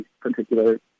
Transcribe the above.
particular